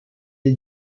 est